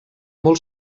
molt